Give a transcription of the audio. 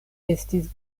estis